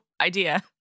idea